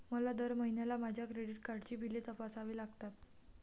मला दर महिन्याला माझ्या क्रेडिट कार्डची बिले तपासावी लागतात